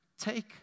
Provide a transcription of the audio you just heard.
take